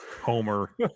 homer